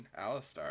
Alistar